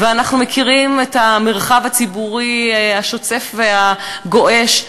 ואנחנו מכירים את המרחב הציבורי השוצף והגועש,